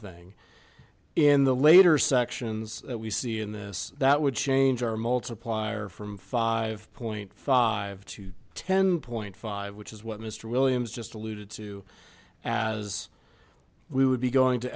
thing in the later sections that we see in this that would change our multiplier from five point five to ten point five which is what mr williams just alluded to as we would be going to